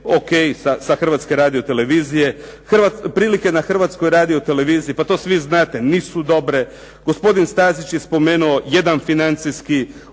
ok, sa Hrvatske radiotelevizije. Prilike na Hrvatskoj radioteleviziji, pa to svi znate, nisu dobre. Gospodin Stazić je spomenuo jedan financijski